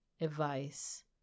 advice